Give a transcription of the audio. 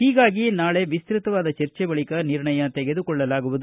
ಹೀಗಾಗಿ ನಾಳೆ ವಿಸ್ತತವಾದ ಚರ್ಜೆ ಬಳಿಕ ನಿರ್ಣಯ ತೆಗೆದುಕೊಳ್ಳಲಾಗುವುದು